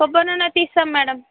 కొబ్బరి నూనె తీస్తాము మ్యాడమ్